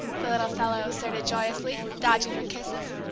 the little fellow asserted joyously, dodging her kisses.